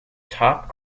top